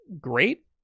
great